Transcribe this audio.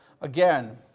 again